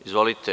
Izvolite.